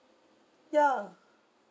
ya